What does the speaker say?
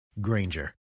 Granger